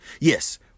Yes